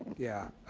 yeah,